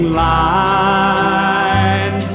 line